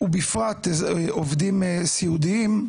ובפרט עובדים סיעודיים,